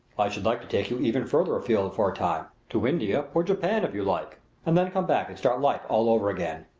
i should like to take you even farther afield for a time to india or japan, if you like and then come back and start life all over again.